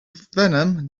venom